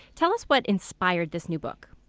tell us what inspired this new book